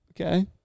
Okay